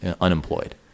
unemployed